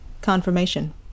Confirmation